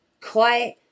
Quiet